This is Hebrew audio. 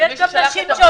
--- יש נשים לשלוח.